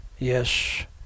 yes